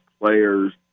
players